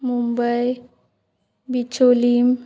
Mumbai Bicholim